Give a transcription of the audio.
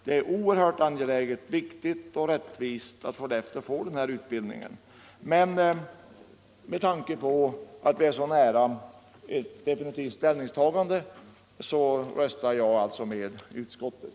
Det är oerhört angeläget, viktigt och rättvist att vi får denna utbildning i Skellefteå. Med tanke på att ett definitivt ställningstagande ligger så nära röstar jag alltså med utskottet.